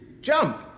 jump